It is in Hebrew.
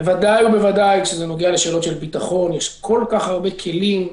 בוודאי ובוודאי כאשר זה נוגע לשאלות של ביטחון ואז יש כל כך הרבה כלים.